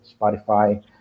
Spotify